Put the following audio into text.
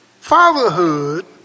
fatherhood